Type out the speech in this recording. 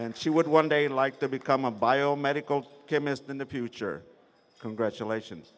and she would one day like to become a biomedical chemist in the future congratulations